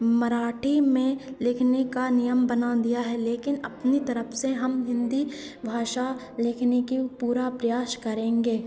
मराठी में लिखने का नियम बना दिया है लेकिन अपनी तरफ़ से हम हिन्दी भाषा लिखने का पूरा प्रयास करेंगे